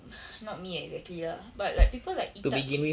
not me exactly lah but like people like